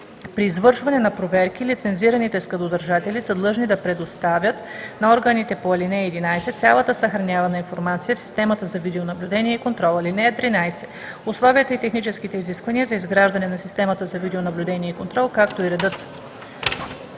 При извършване на проверки лицензираните складодържатели са длъжни да предоставят на органите по ал. 11 цялата съхранявана информация от системата за видеонаблюдение и контрол. (13) Условията и техническите изисквания за изграждане на системата за видеонаблюдение и контрол, както и редът